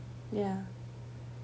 ya